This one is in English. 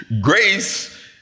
Grace